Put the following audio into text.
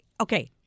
okay